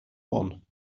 one